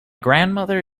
grandmother